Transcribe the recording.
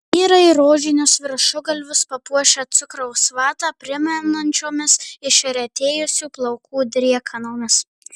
vyrai rožinius viršugalvius papuošę cukraus vatą primenančiomis išretėjusių plaukų driekanomis